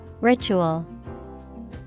Ritual